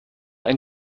ein